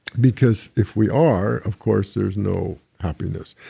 because if we are, of course, there's no happiness.